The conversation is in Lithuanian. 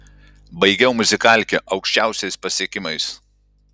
baigiau muzikalkę aukščiausiais pasiekimais